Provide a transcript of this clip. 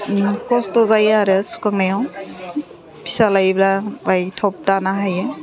खस्थ' जायो आरो सुखांनायाव फिसा लायोबा बाय थब दानो हायो